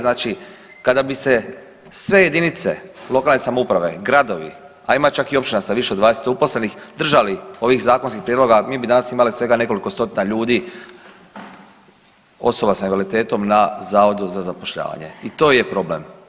Znači kada bi se sve jedinice lokalne samouprave, gradovi, a ima čak i općina sa više od 20 uposlenih držali ovih zakonskih prijedloga mi bi danas imali svega nekoliko stotina ljudi osoba sa invaliditetom na Zavodu za zapošljavanje i to je problem.